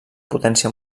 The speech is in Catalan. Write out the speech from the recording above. potència